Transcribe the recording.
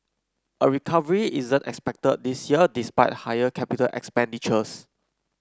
a recovery isn't expected this year despite higher capital expenditures